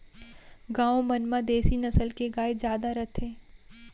गॉँव मन म देसी नसल के गाय जादा रथे